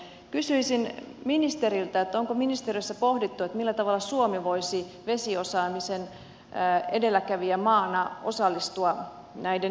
kysyisin ministeriltä onko ministeriössä pohdittu millä tavalla suomi voisi vesiosaamisen edelläkävijämaana osallistua näiden innovaatioiden ja teknologioiden viemiseen